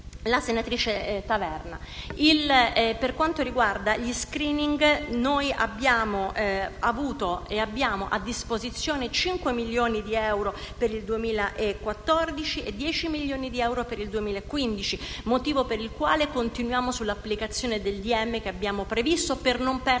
la senatrice Taverna. Per quanto riguarda gli *screening* noi abbiamo avuto e abbiamo a disposizione 5 milioni di euro per il 2014 e 10 milioni di euro per il 2015, motivo per il quale continuiamo ad applicare il decreto ministeriale che abbiamo previsto per non perdere